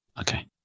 Okay